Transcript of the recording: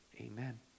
Amen